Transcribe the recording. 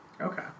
Okay